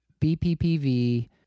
BPPV